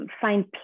find